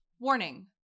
Warning